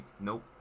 Nope